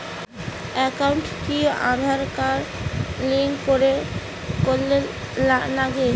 একাউন্টত কি Aadhaar card link করের নাগে?